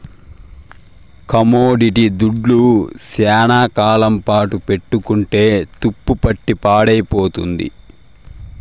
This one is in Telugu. కమోడిటీ దుడ్లు శ్యానా కాలం పాటు పెట్టుకుంటే తుప్పుపట్టి పాడైపోతుంది